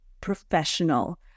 professional